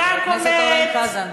חבר הכנסת אורן חזן,